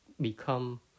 become